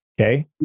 Okay